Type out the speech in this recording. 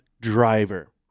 Driver